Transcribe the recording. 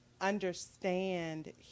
understand